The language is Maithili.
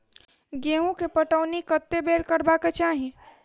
गेंहूँ केँ पटौनी कत्ते बेर करबाक चाहि?